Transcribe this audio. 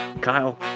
Kyle